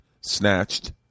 Snatched